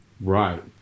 right